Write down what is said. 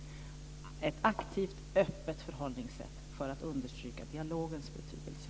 Det ska vara ett aktivt öppet förhållningssätt för att understryka dialogens betydelse.